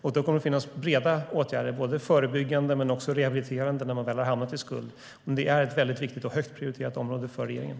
Då kommer det att finnas breda åtgärder, dels förebyggande, dels rehabiliterande när man väl har hamnat i skuld. Detta är ett väldigt viktigt och högt prioriterat område för regeringen.